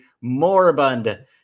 moribund